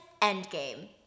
Endgame